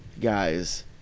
Guys